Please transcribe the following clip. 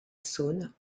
saône